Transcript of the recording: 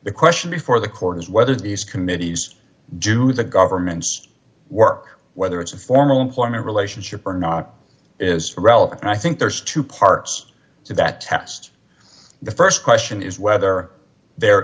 the question before the court is whether these committees do the government's work whether it's a formal employment relationship or not is relevant and i think there's two parts to that test the st question is whether there